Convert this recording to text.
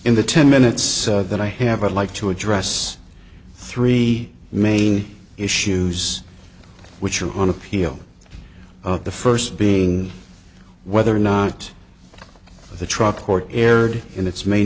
in the ten minutes that i have a like to address three main issues which are on appeal of the first being whether or not the truck court aired in its may